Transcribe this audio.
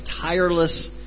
tireless